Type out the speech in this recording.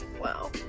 Wow